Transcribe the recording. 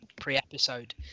pre-episode